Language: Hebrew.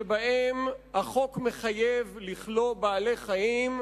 שבהן החוק מחייב לכלוא בעלי-חיים,